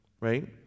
right